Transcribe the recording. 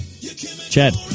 Chad